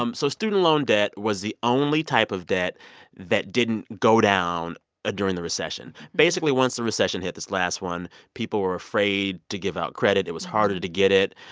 um so student loan debt was the only type of debt that didn't go down ah during the recession. basically, once the recession hit this last one people were afraid to give out credit. it was harder to get it.